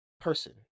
person